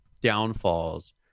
downfalls